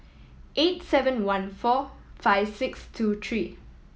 eight seven one four five six two three